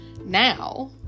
now